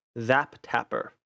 Zap-Tapper